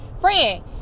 friend